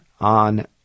on